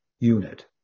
unit